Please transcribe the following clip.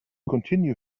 continue